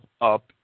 up